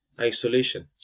isolation